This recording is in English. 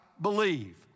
believe